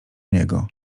niego